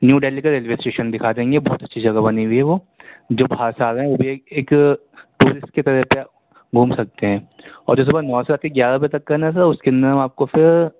new Delhi کا railway station دکھا دیں گے بہت اچھی جگہ بنی ہوئی ہے وہ جو باہر سے آ رہے ہیں وہ بھی ایک ایک ٹورسٹ کی طرح سے گھوم سکتے ہیں اور جو سر نو بجے سے گیارہ بجے تک کا ہے نا سر اس کے اندر ہم آپ کو پھر